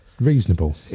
reasonable